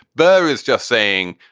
burr is just saying,